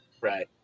right